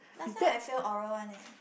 last time I failed oral one leh